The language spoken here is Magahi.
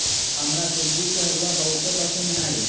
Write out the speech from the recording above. हमरा सूज्ज़ी के हलूआ बहुते पसिन्न हइ